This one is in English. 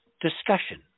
discussion